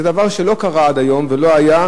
אבל זה דבר שלא קרה עד היום אלא היום,